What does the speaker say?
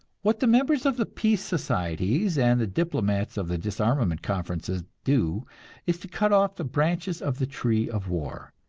what the members of the peace societies and the diplomats of the disarmament conferences do is to cut off the branches of the tree of war.